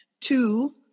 two